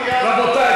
רבותי,